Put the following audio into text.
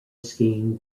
skiing